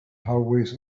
hallways